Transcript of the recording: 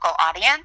audience